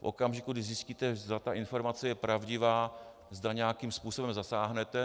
A v okamžiku, když zjistíte, zda ta informace je pravdivá, zda nějakým způsobem zasáhnete.